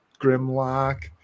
Grimlock